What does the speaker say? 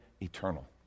eternal